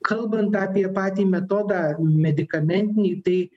kalbant apie patį metodą medikamentinį tai